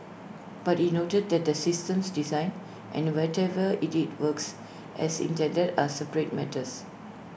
but he noted that the system's design and whatever IT is works as intended are separate matters